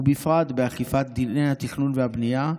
ובפרט באכיפת דיני התכנון והבנייה,